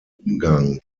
umgang